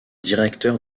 directeur